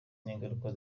n’ingaruka